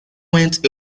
went